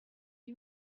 lui